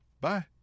Bye